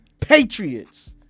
Patriots